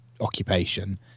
occupation